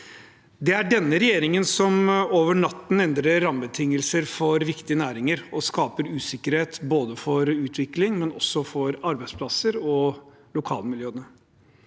Det er denne regjeringen som over natten endrer rammebetingelser for viktige næringer og skaper usikkerhet, både for utvikling, for arbeidsplasser og for lokalmiljøene.